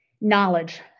knowledge